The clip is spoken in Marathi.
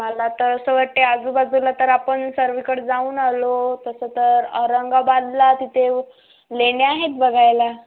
मला तर असं वाटतंय आजूबाजूला तर आपण सर्वीकडं जाऊन आलो तसं तर औरंगाबादला तिथे लेण्या आहेत बघायला